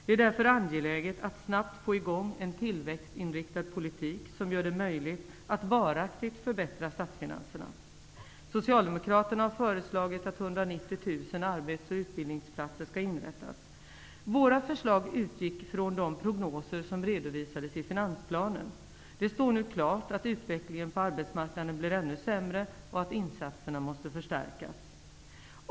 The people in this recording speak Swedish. Det är därför angeläget att snabbt få i gång en tillväxtinriktad politik, som gör det möjligt att varaktigt förbättra statsfinanserna. arbetsoch utbildningsplatser skall inrättas. Våra förslag utgick från de prognoser som redovisades i finansplanen. Det står nu klart att utvecklingen på arbetsmarknaden blir ännu sämre och att insatserna måste förstärkas.